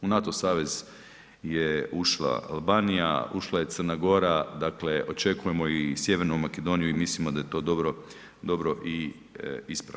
NATO savez je ušla Albanija, ušla je Crna Gora, dakle očekujemo i Sjevernu Makedoniju i mislimo da je to dobro i ispravno.